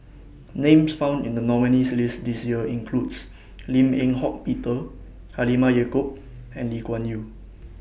Names found in The nominees' list This Year includes Lim Eng Hock Peter Halimah Yacob and Lee Kuan Yew